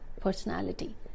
personality